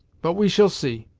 but we shall see.